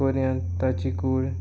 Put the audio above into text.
पर्यांत ताची कूड